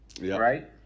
right